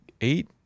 eight